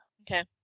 Okay